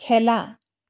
খেলা